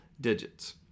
digits